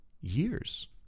years